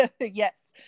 yes